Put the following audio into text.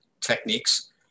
techniques